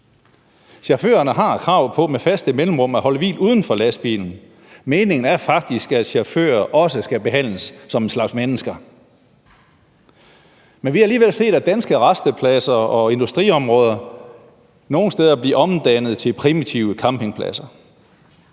Chaufførerne har krav på med faste mellemrum at holde hvil uden for lastbilen. Meningen er faktisk, at chauffører også skal behandles som en slags mennesker. Men vi har alligevel set, at danske rastepladser og industriområder nogle steder bliver omdannet til primitive campingpladser.